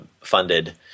funded